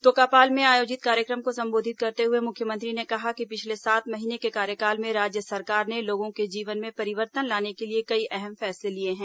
तोकापाल में आयोजित कार्यक्रम को संबोधित करते हुए मुख्यमंत्री ने कहा कि पिछले सात महीने के कार्यकाल में राज्य सरकार ने लोगों के जीवन में परिवर्तन लाने के लिए कई अहम फैसले लिए हैं